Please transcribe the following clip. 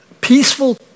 peaceful